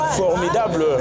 formidable